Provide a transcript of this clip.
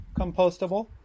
compostable